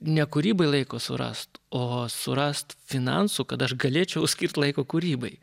ne kūrybai laiko surast o surast finansų kad aš galėčiau skirt laiko kūrybai